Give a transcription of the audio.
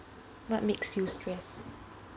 what makes you stressed